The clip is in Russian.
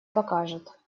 покажет